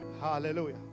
Hallelujah